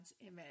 image